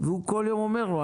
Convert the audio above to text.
והוא כל יום אומר לו,